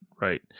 right